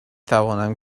توانم